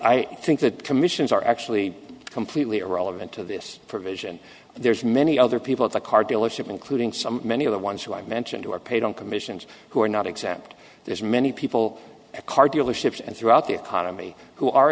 i think that commissions are actually completely irrelevant to this provision there's many other people at the car dealership including some many of the ones who i mentioned who are paid on commissions who are not exempt there's many people a car dealerships and throughout the economy who are